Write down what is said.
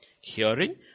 hearing